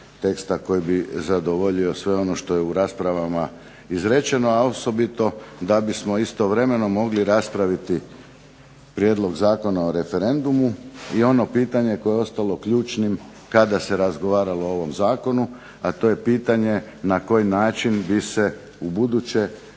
teksta koji bi zadovoljio sve ono što je u raspravama izrečeno, a osobito da bismo istovremeno mogli raspraviti prijedlog Zakona o referendumu, i ono pitanje koje je ostalo ključnim kada se razgovaralo o ovom zakonu, a to je pitanje na koji način bi se ubuduće